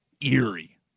eerie